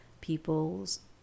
people's